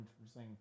interesting